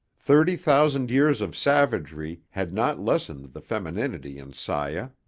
thirty thousand years of savagery had not lessened the femininity in saya.